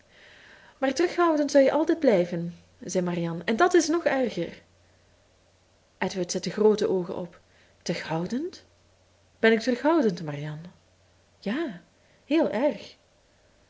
maar terughoudend zou je altijd blijven zei marianne en dat is nog erger edward zette groote oogen op terughoudend ben ik terughoudend marianne ja heel erg